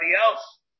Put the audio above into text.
else